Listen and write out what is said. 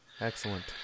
Excellent